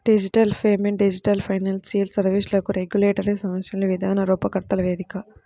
digital payment digital financial సర్వీస్లకు regulatory సమస్యలను విధాన రూపకర్తల వేదిక